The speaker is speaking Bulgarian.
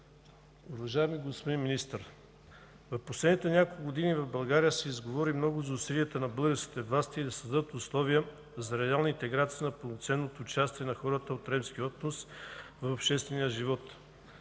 Уважаеми господин Министър, в последните няколко години в България се изговори много за усилията на българските власти да създадат условия за реална интеграция и пълноценно участие на хората от ромския етнос в обществения живот.